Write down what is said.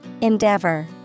Endeavor